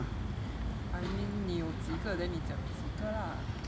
I mean 你有几个 then 你讲几个 lah